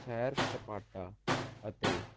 ਸੈਰ ਸਪਾਟਾ ਅਤੇ